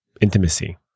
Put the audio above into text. intimacy